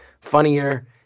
funnier